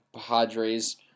Padres